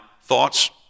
thoughts